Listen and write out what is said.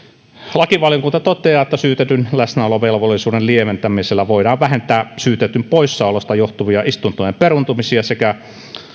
lakivaliokunta toteaa että syytetyn läsnäolovelvollisuuden lieventämisellä voidaan vähentää syytetyn poissaolosta johtuvia istuntojen peruuntumisia sekä